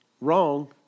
wrong